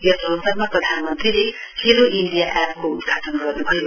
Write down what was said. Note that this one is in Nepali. यस अवसरमा प्रधानमन्त्रीले खेलो इण्डिया एपको उद्घाटन गर्नुभयो